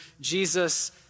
Jesus